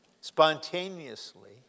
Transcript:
spontaneously